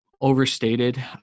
overstated